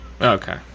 okay